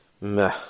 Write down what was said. meh